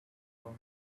from